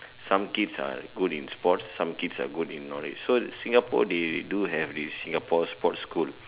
some kids are good in sports some kids are good in knowledge so Singapore they do have this Singapore sports school